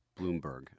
Bloomberg